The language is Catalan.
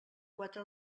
quatre